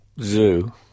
zoo